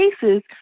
cases